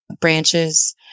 branches